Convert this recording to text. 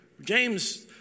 James